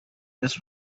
this